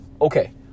Okay